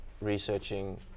researching